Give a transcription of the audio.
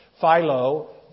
Philo